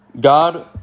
god